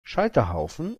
scheiterhaufen